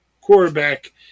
quarterback